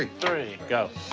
ah three. go.